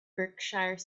berkshire